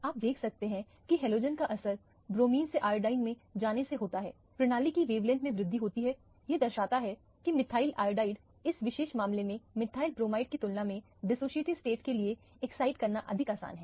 आप देख सकते हैं कि हैलोजन का असर ब्रोमीन से आयोडीन में जाने से होता है प्रणाली की वेवलेंथ में वृद्धि होती है यह दर्शाता है कि मिथाइल आयोडाइड इस विशेष मामले में मिथाइल ब्रोमाइड की तुलना में डिसोसिएटिव स्टेट के लिए एक्साइट करना अधिक आसान है